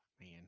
man